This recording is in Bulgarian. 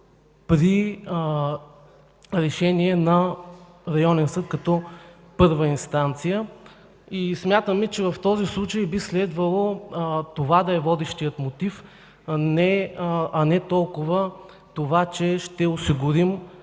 при решения на районен съд като първа инстанция. Смятаме, че в този случай би следвало това да е водещият мотив, а не толкова, че ще осигурим